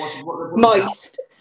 Moist